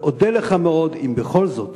ואודה לך מאוד אם בכל זאת